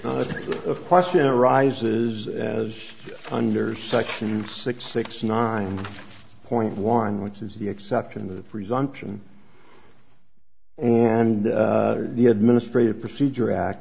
not a question arises as under section six six nine point one which is the exception to the presumption and the administrative procedure act